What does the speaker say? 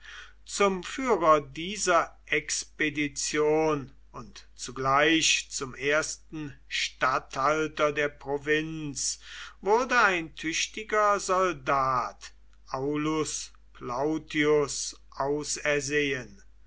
zum führer dieser expedition und zugleich zum ersten statthalter der provinz wurde ein tüchtiger soldat aulus plautius ausersehen